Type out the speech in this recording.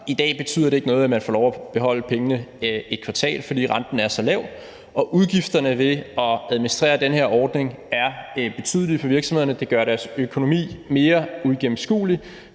I dag betyder det ikke noget, at man får lov at beholde pengene i et kvartal, fordi renten er så lav og udgifterne ved at administrere den her ordning er betydelige for virksomhederne. Det gør deres økonomi mere uigennemskuelig,